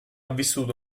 vissuto